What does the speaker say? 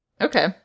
okay